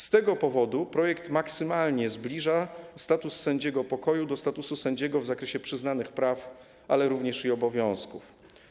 Z tego powodu projekt maksymalnie zbliża status sędziego pokoju do statusu sędziego w zakresie przyznanych praw, ale również obowiązków.